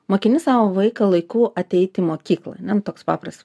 mokini savo vaiką laiku ateit į mokyklą ane nu toks paprastas